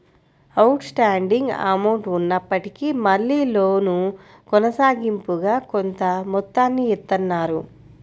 out standing amount ఉన్నప్పటికీ మళ్ళీ loan కొనసాగింపుగా కొంత మొత్తాన్ని ఇత్తన్నారు